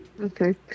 Okay